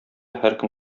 һәркем